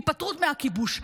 היפטרות מהכיבוש.